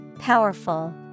Powerful